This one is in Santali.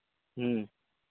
ᱦᱮᱸ